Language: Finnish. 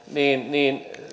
niin